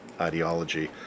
ideology